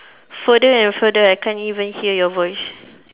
further and further I can't even hear your voice